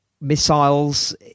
missiles